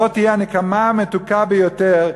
זאת תהיה הנקמה המתוקה ביותר,